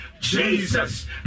Jesus